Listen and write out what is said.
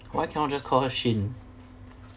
why cannot just call her shin